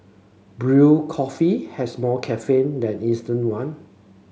brewed coffee has more caffeine than instant one